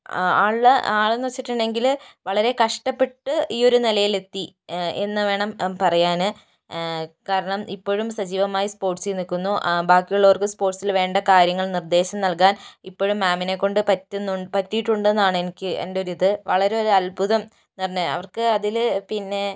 ആളില് ആളെന്നു വെച്ചിട്ടുണ്ടെങ്കില് വളരെ കഷ്ടപ്പെട്ട് ഈ ഒരു നിലയിൽ എത്തി എന്ന് വേണം പറയാൻ കാരണം ഇപ്പോഴും സജീവമായി സ്പോർട്സിൽ നിൽക്കുന്നു ബാക്കിയുള്ളവർക്ക് സ്പോർട്സിൽ വേണ്ട കാര്യങ്ങൾ നിർദ്ദേശം നൽകാൻ ഇപ്പോഴും മാമിനെക്കൊണ്ട് പറ്റുന്നുണ്ട് പറ്റിയിട്ടുണ്ട് എന്നാണ് എനിക്ക് എൻ്റെ ഒരു ഇത് വളരെ ഒരു അത്ഭുതം എന്ന് പറഞ്ഞാൽ അവർക്ക് അതില് പിന്നെ